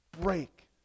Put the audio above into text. break